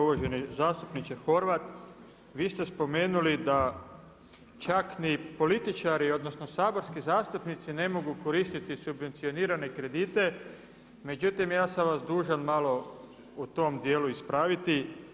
Uvaženi zastupniče Horvat, vi ste spomenuli da čak ni političari, odnosno saborski zastupnici ne mogu koristiti subvencionirane kredite međutim ja sam vas dužan malo u tom dijelu ispraviti.